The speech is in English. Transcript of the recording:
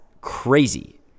crazy